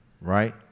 right